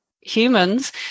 humans